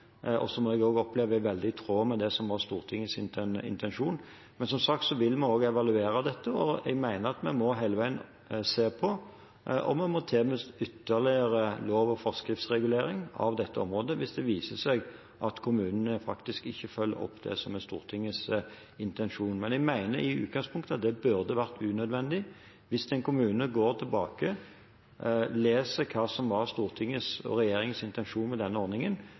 og som jeg også opplever er helt i tråd med det som var Stortingets intensjon. Men som sagt vil vi evaluere dette, og jeg mener at vi hele veien må se på om man må til med ytterligere lov- og forskriftsregulering av dette området, hvis det viser seg at kommunene ikke følger opp det som er Stortingets intensjon. Men jeg mener i utgangspunktet at det burde vært unødvendig. Hvis en i kommunen går tilbake og leser hva som var Stortingets og regjeringens intensjon med denne ordningen,